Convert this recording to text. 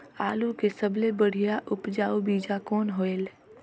आलू के सबले बढ़िया उपजाऊ बीजा कौन हवय?